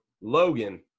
Logan